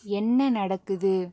என்ன நடக்குது